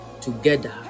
together